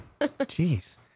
Jeez